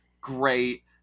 great